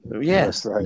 yes